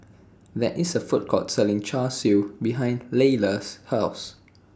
There IS A Food Court Selling Char Siu behind Leila's House